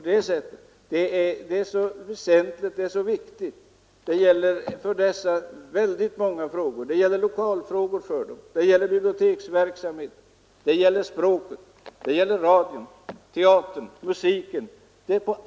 Detta är så viktigt och så väsentligt, och det gäller väldigt många frågor. Det gäller t.ex. lokalfrågorna, biblioteksverksamheten, språket, radion, teatern och musiken.